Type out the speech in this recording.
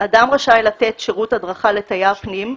אדם רשאי לתת שירות הדרכה לתייר פנים,